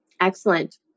Excellent